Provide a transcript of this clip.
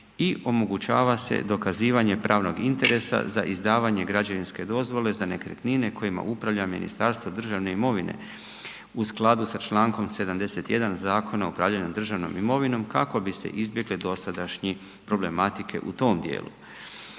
i omogućava se dokazivanje pravnog interesa za izdavanje građevinske dozvole za nekretnine kojima upravlja Ministarstvo državne imovine u skladu sa Člankom 71. Zakona o upravljanju državnom imovinom kako bi se izbjegle dosadašnje problematike u tom dijelu.